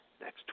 next